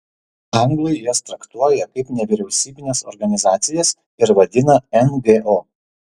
anglai jas traktuoja kaip nevyriausybines organizacijas ir vadina ngo